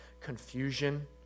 confusion